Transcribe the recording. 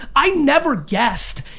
i've never guessed,